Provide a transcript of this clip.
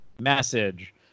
message